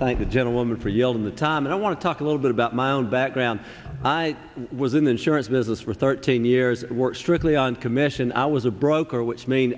thank the gentleman for yielding the time and i want to talk a little bit about my own background i was in the insurance business for thirteen years worked strictly on commission i was a broker which means